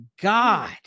God